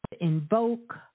invoke